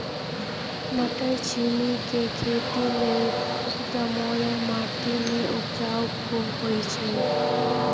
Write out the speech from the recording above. मट्टरछिमि के खेती लेल दोमट माटी में उपजा खुब होइ छइ